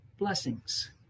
blessings